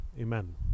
Amen